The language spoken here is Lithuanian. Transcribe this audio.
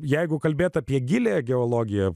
jeigu kalbėti apie giliąją geologiją